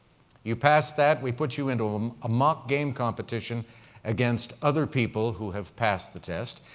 you pass that, we put you into um a mock game competition against other people who have passed the test.